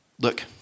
Look